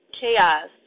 chaos